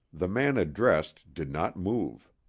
the man addressed did not move.